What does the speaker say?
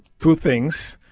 two things.